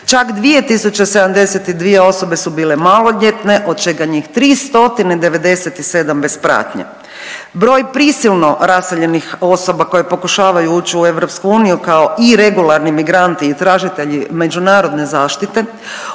čak 2072 osobe su bile maloljetne od čega njih 3 stotine i 97 bez pratnje. Broj prisilno raseljenih osoba koje pokušavaju ući u EU kao iregularni migranti i tražitelji međunarodne zaštite